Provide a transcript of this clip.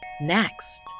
next